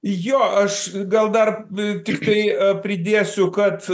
jo aš gal dar tiktai pridėsiu kad